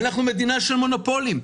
אנחנו מדינה של מונופולים.